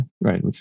right